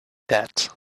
that